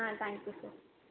ah thank you sir